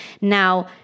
Now